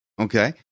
Okay